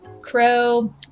crow